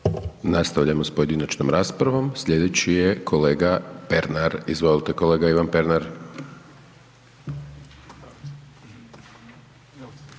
Nastavljamo s pojedinačnom raspravom, slijedeći je kolega Pernar, izvolite kolega Ivan Pernar.